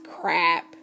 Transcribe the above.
crap